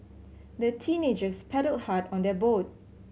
the teenagers paddled hard on their boat